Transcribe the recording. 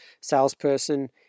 salesperson